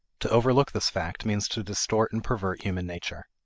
to overlook this fact means to distort and pervert human nature.